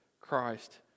Christ